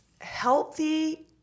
healthy